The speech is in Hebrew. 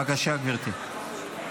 בבקשה, גברתי.